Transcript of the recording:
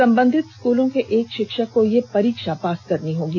संबंधित स्कूल के एक षिक्षक को यह परीक्षा पास करनी होगी